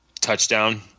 touchdown